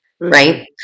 Right